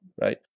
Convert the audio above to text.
right